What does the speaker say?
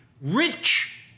rich